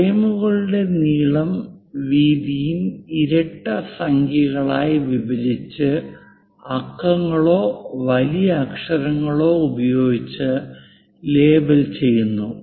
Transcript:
ഫ്രെയിമുകളുടെ നീളവും വീതിയും ഇരട്ട സംഖ്യകളായി വിഭജിച്ച് അക്കങ്ങളോ വലിയ അക്ഷരങ്ങളോ ഉപയോഗിച്ച് ലേബൽ ചെയ്യുന്നു